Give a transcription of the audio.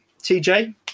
TJ